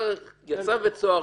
יצא מבית סוהר,